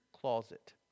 closet